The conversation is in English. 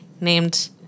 named